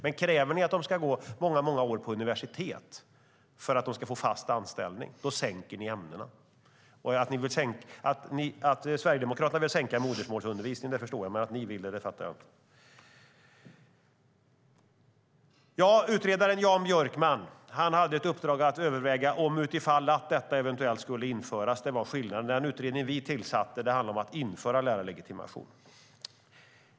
Men kräver ni att de ska gå många år på universitet för att de ska få fast anställning, då sänker ni ämnena. Att Sverigedemokraterna vill sänka modersmålsundervisningen, det förstår jag. Men att ni vill göra det fattar jag inte. Utredaren Jan Björkman hade i uppdrag att överväga om utifall detta eventuellt skulle införas. Det var skillnaden. Den utredning som vi tillsatte hade till uppdrag att föreslå införandet av en lärarlegitimation.